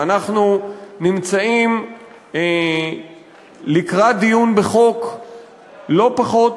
ואנחנו נמצאים לקראת דיון בחוק לא פחות